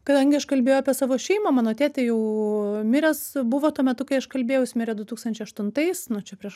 kadangi aš kalbėjau apie savo šeimą mano tėtė jau miręs buvo tuo metu kai aš kalbėjau jis mirė du tūkstančiai aštuntais nu čia prieš